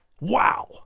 Wow